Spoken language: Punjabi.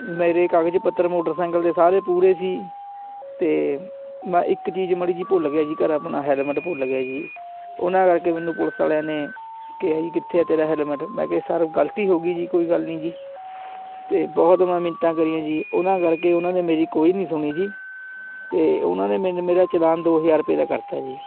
ਮੇਰੇ ਕਾਗਜ਼ ਪੱਤਰ ਮੋਟਰਸਾਈਕਲ ਦੇ ਸਾਰੇ ਪੂਰੇ ਸੀ ਅਤੇ ਮੈਂ ਇੱਕ ਚੀਜ਼ ਮਾੜੀ ਜਿਹੀ ਭੁੱਲ ਗਿਆ ਜੀ ਘਰ ਆਪਣਾ ਹੈਲਮਟ ਭੁੱਲ ਗਿਆ ਜੀ ਉਹਨਾਂ ਕਰਕੇ ਮੈਨੂੰ ਪੁਲਿਸ ਵਾਲਿਆਂ ਨੇ ਕਿਹਾ ਜੀ ਕਿੱਥੇ ਆ ਤੇਰਾ ਹੈਲਮਟ ਮੈਂ ਕਿਹਾ ਸਰ ਗਲਤੀ ਹੋ ਗਈ ਜੀ ਕੋਈ ਗੱਲ ਨਹੀਂ ਜੀ ਅਤੇ ਬਹੁਤ ਮੈਂ ਮਿੰਨਤਾਂ ਕਰੀਆਂ ਜੀ ਉਹਨਾਂ ਕਰਕੇ ਉਹਨਾਂ ਨੇ ਮੇਰੀ ਕੋਈ ਨਹੀਂ ਸੁਣੀ ਜੀ ਅਤੇ ਉਹਨਾਂ ਨੇ ਮੈਨ ਮੇਰਾ ਚਲਾਨ ਦੋ ਹਜ਼ਾਰ ਰੁਪਏ ਦਾ ਕਰਤਾ ਜੀ